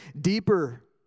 deeper